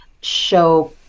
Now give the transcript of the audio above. show